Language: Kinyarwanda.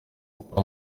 mukuru